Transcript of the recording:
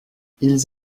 ils